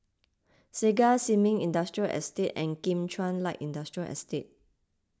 Segar Sin Ming Industrial Estate and Kim Chuan Light Industrial Estate